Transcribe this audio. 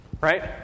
right